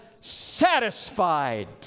satisfied